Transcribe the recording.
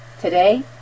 today